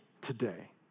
today